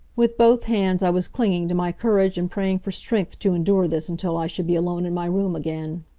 with both hands i was clinging to my courage and praying for strength to endure this until i should be alone in my room again.